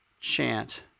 Chant